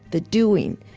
the doing,